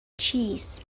cheese